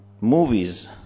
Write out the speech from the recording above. movies